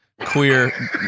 queer